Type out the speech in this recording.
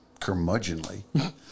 curmudgeonly